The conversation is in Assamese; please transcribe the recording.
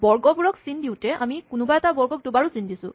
বৰ্গবোৰক চিন দিয়োতে আমি কোনোবা এটা বৰ্গক দুবাৰো চিন দিছো